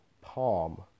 palm